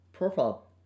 Profile